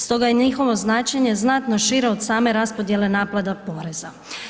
Stoga je njihovo značenje znatno šire od same raspodijele naplate poreza.